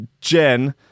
Jen